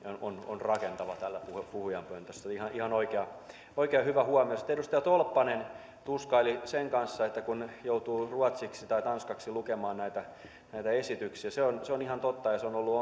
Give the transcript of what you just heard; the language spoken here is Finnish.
on on rakentava täällä puhujapöntössä ihan ihan oikea ja hyvä huomio sitten edustaja tolppanen tuskaili sen kanssa että joutuu ruotsiksi tai tanskaksi lukemaan näitä näitä esityksiä se on se on ihan totta ja se on ollut